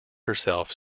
herself